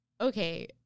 okay